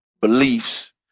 beliefs